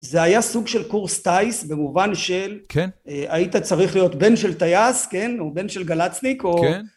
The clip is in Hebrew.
זה היה סוג של קורס טיס, במובן של... כן. היית צריך להיות בן של טייס, כן, או בן של גלצניק, או... כן.